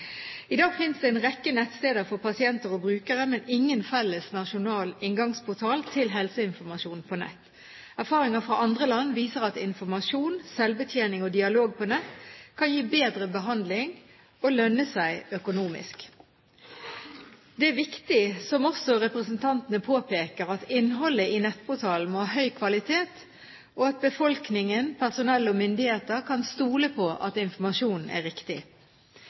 I dag finnes det en rekke nettsteder for pasienter og brukere, men ingen felles nasjonal inngangsportal til helseinformasjon på nett. Erfaringer fra andre land viser at informasjon, selvbetjening og dialog på nett kan gi bedre behandling og lønne seg økonomisk. Det er viktig, som også representantene påpeker, at innholdet i nettportalen må ha høy kvalitet, og at befolkningen, personell og myndigheter kan stole på at informasjonen er riktig.